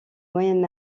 moyen